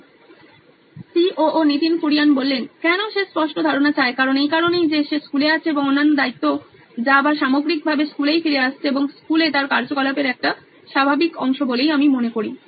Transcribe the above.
Nitin Kurian C O O নোইন electronics কেনো সে স্পষ্ট ধারণা চায় কারণ এই কারণেই যে সে স্কুলে আছে এবং অন্যান্য দায়িত্ব যা আবার সামগ্রিকভাবে স্কুলেই ফিরে আসছে এবং স্কুলে তার কার্যকলাপের একটি স্বাভাবিক অংশ বলেই আমি মনে করি